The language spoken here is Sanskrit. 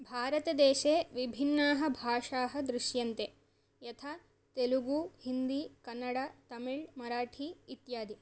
भारतदेशे विभिन्नाः भाषाः दृश्यन्ते यथा तेलुगू हिन्दी कन्नडा तमिल् मराठी इत्यादि